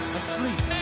asleep